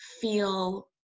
feel